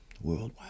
worldwide